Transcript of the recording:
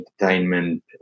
entertainment